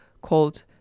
called